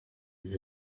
ibi